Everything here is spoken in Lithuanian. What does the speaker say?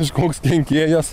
kažkoks kenkėjas